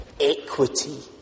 equity